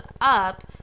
up